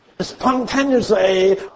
Spontaneously